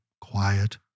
quiet